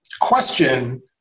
question